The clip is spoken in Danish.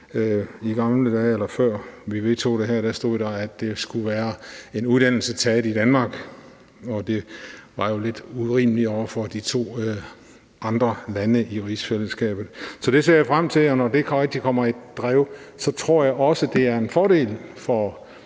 I gamle dage – eller før vi vedtog det her – stod der, at det skulle være en uddannelse taget i Danmark, og det var jo lidt urimeligt over for de to andre lande i rigsfællesskabet. Så det ser jeg frem til, og når det rigtig kommer i drift, tror jeg også, det er en fordel for